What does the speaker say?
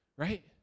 right